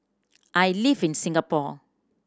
I live in Singapore